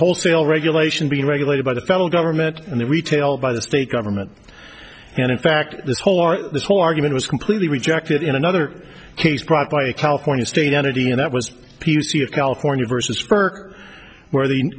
wholesale regulation being regulated by the federal government and the retail by the state government and in fact this whole or this whole argument was completely rejected in another case brought by the california state energy and that was p c of california versus burke where the